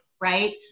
right